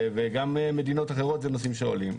וגם מדינות אחרות זה נושאים שעולים,